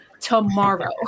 tomorrow